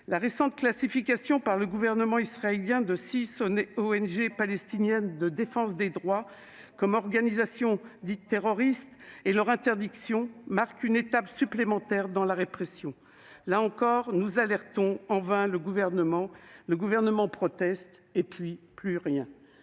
La récente classification par le gouvernement israélien de six ONG palestiniennes de défense des droits, comme organisations « terroristes » et leur interdiction marque une étape supplémentaire dans la répression. Là encore, nous alertons en vain : le Gouvernement proteste, et puis rien